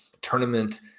tournament